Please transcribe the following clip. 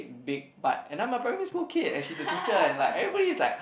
a bit big butt and I'm a primary school kid and she's a teacher and like everybody is like